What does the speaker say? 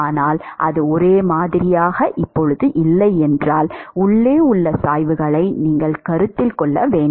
ஆனால் அது ஒரே மாதிரியாக இல்லை என்றால் உள்ளே உள்ள சாய்வுகளை நீங்கள் கருத்தில் கொள்ள வேண்டும்